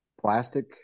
plastic